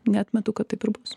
neatmetu kad taip ir bus